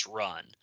run